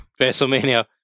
WrestleMania